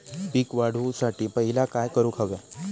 पीक वाढवुसाठी पहिला काय करूक हव्या?